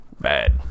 Bad